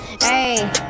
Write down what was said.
Hey